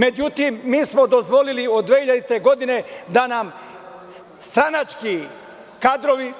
Međutim, mi smo dozvolili od 2000. godine, da nam stranački kadrovi